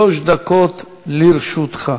שלוש דקות לרשותך.